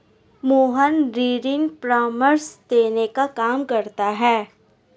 मोहन ऋण परामर्श देने का काम करता है